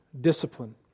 discipline